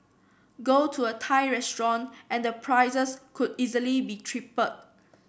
go to a Thai restaurant and the prices could easily be tripled